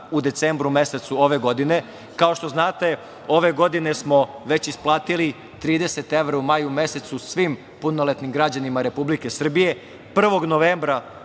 u decembru mesecu ove godine. Kao što znate, ove godine smo već isplatili 30 evra u maju mesecu svim punoletnim građanima Republike Srbije. Da još